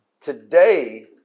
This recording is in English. Today